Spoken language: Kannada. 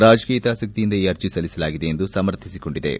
ರಾಜಕೀಯ ಹಿತಾಸಕ್ತಿಯಿಂದ ಈ ಅರ್ಜಿ ಸಲ್ಲಿಸಲಾಗಿದೆ ಎಂದು ಸಮರ್ಥಿಸಿಕೊಂಡಿತು